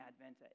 Advent